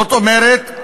זאת אומרת,